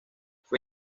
fue